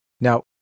Now